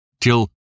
till